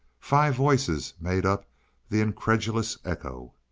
five voices made up the incredulous echo.